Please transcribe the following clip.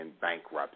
bankruptcy